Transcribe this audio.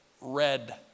red